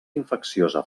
infecciosa